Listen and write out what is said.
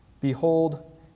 Behold